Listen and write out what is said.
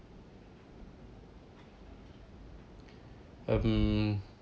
mmhmm